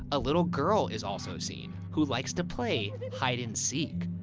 a little girl is also seen who likes to play hide and seek.